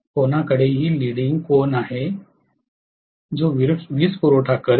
कोणाकडेही लिडिंग कोन आहे जो वीजपुरवठा करेल